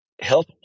help